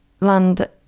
land